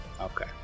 Okay